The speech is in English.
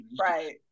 Right